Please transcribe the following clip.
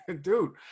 dude